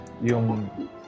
yung